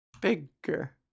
bigger